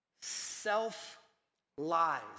self-lies